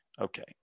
Okay